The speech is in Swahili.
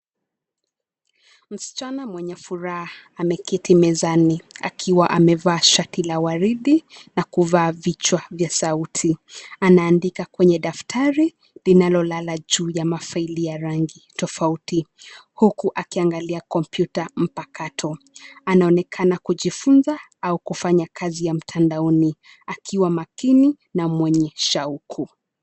Msichana mwenye furaha ameketi mezani akiwa amevaa shati la waridi na kuvaa vichwa vya sauti. Anaandika kwenye daftari linalolala juu ya mafaili ya rangi tofauti huku akiangalia kompyuta mpakato. Anaonekana kujifunza au kufanya kazi ya mtandaoni akiwa makini na mwenye shauku.